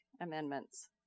amendments